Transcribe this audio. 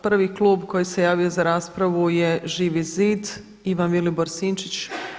Prvi klub koji se javio za raspravu je Živi zid, Ivan Vilibor Sinčić.